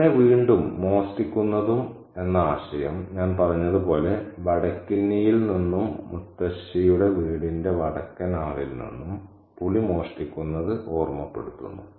അങ്ങനെ വീണ്ടും മോഷ്ടിക്കുന്നതും എന്ന ആശയം ഞാൻ പറഞ്ഞതുപോലെ വടക്കിന്നിയിൽ നിന്നും മുത്തശ്ശിയുടെ വീടിന്റെ വടക്കൻ ഹാളിൽ നിന്നും പുളി മോഷ്ടിക്കുന്നത് ഓർമ്മപ്പെടുത്തുന്നു